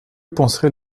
penserait